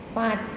পাঁচ